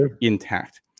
intact